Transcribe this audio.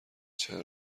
چند